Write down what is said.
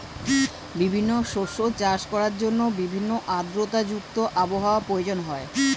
বিভিন্ন শস্য চাষ করার জন্য ভিন্ন আর্দ্রতা যুক্ত আবহাওয়ার প্রয়োজন হয়